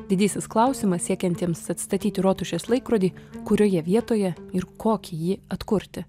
didysis klausimas siekiantiems atstatyti rotušės laikrodį kurioje vietoje ir kokį jį atkurti